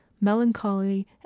melancholy